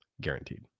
guaranteed